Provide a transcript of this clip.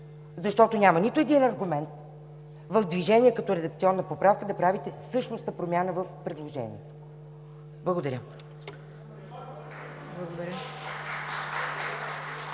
Защото няма нито един аргумент в движение като редакционна поправка да правите същностна промяна в предложенията. Благодаря.